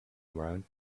around